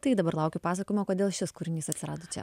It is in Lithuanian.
tai dabar laukiu pasakojimo kodėl šis kūrinys atsirado čia